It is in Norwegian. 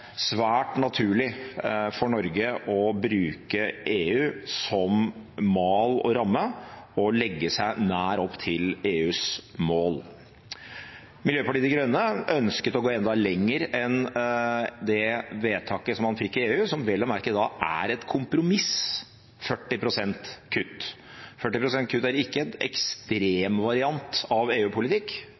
svært naturlig for Norge å bruke EU som mal og ramme og legge seg nær opp til EUs mål. Miljøpartiet De Grønne ønsket å gå enda lenger enn det vedtaket som man fikk i EU, som vel å merke er et kompromiss – 40 pst. kutt. 40 pst. kutt er ikke en ekstremvariant av